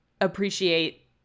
appreciate